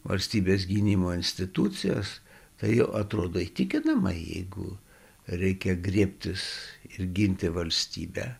valstybės gynimo institucijos tai jau atrodo įtikinama jeigu reikia griebtis ir ginti valstybę